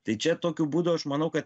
tai čia tokiu būdu aš manau kad